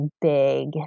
big